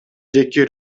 жеке